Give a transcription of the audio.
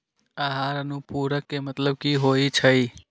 आहार अनुपूरक के मतलब की होइ छई?